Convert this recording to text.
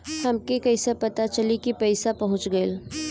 हमके कईसे पता चली कि पैसा पहुच गेल?